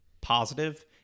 positive